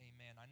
Amen